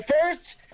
First